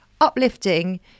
uplifting